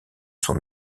son